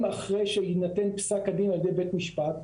אחרי שיינתן פסק הדין על ידי בית משפט,